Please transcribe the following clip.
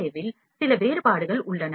ஏ வில் சில வேறுபாடுகள் உள்ளன